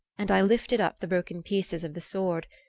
and i lifted up the broken pieces of the sword,